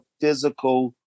physical